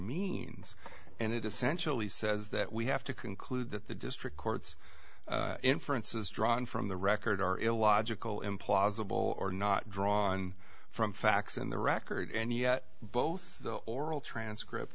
means and it essentially says that we have to conclude that the district courts inferences drawn from the record are illogical implausible or not drawn from facts in the record and yet both the oral transcript